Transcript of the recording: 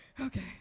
okay